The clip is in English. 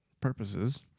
purposes